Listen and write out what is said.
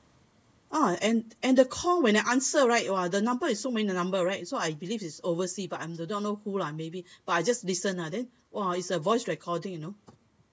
uh and and the call when I answered right !wah! the number it's so many the numbers right so I believe it's overseas but I'm do not who lah maybe but I just listened ah then !wah! it's a voice recording you know